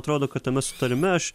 atrodo kad tame susitarime aš